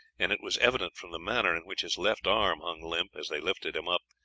and it was evident from the manner in which his left arm hung limp, as they lifted him up,